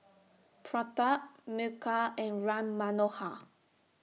Pratap Milkha and Ram Manohar